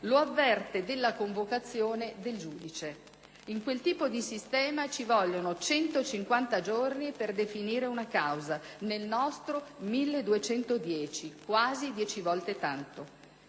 lo avverte della convocazione del giudice. In quel tipo di sistema, ci vogliono 150 giorni per definire una causa; nel nostro, 1210: quasi dieci volte tanto.